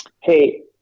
hey